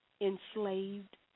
enslaved